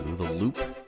the loop.